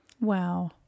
Wow